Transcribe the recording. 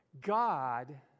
God